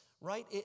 right